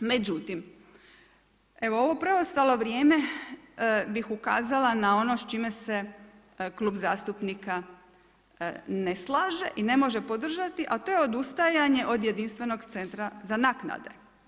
Međutim, evo preostalo vrijeme, bih ukazala na ono s čime se klub zastupnika ne slaže i ne može podržati, a to je odustajanje od jedinstvenog centra za naknade.